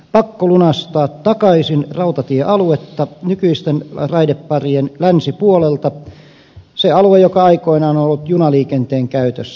pakkolunastaa takaisin rautatiealuetta nykyisten raideparien länsipuolelta se alue joka aikoinaan on ollut junaliikenteen käytössä